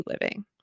living